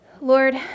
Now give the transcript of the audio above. Lord